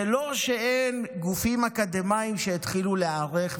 זה לא שאין גופים אקדמיים שהתחילו להיערך,